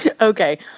Okay